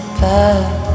back